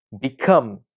become